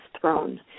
throne